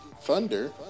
Thunder